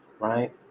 right